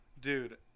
Dude